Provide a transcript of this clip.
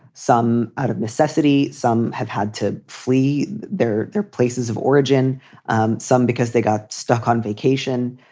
some out of necessity. some have had to flee their their places of origin. um some because they got stuck on vacation.